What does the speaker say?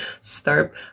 Start